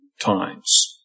times